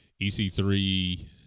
EC3